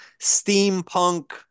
steampunk